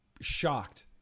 shocked